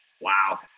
wow